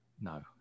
No